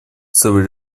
целый